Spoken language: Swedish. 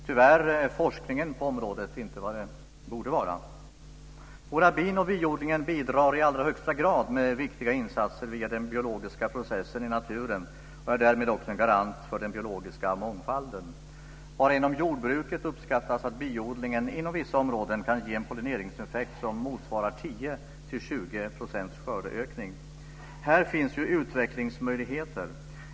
Tyvärr är forskningen på området inte vad den borde vara. Våra bin och biodlingen bidrar i allra högsta grad med viktiga insatser via den biologiska processen i naturen, och är därmed också en garant för den biologiska mångfalden. Bara inom jordbruket uppskattas att biodlingen inom vissa områden kan ge en pollineringseffekt som motsvarar 10-20 % skördeökning. Här finns utvecklingsmöjligheter.